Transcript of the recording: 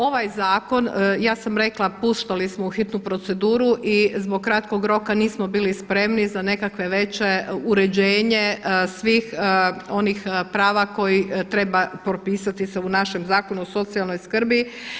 Ovaj zakon, ja sam rekla puštali smo u hitnu proceduru i zbog kratkog roka nismo bili spremni za nekakvo veće uređenje svih onih prava koje treba propisali se u našem Zakonu o socijalnoj skrbi.